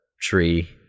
tree